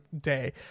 day